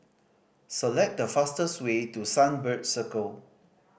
select the fastest way to Sunbird Circle